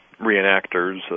reenactors